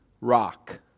rock